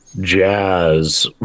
Jazz